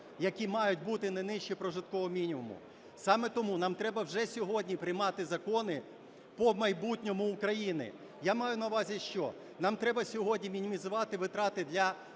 які мають бути не нижче прожиткового мінімуму. Саме тому нам треба вже сьогодні приймати закони по майбутньому України. Я маю на увазі, що нам треба сьогодні мінімізувати витрати для